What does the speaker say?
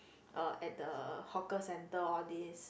uh at the hawker center all these